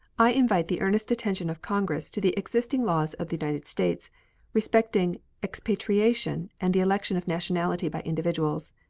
i invite the earnest attention of congress to the existing laws of the united states respecting expatriation and the election of nationality by individuals.